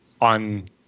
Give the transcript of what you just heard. on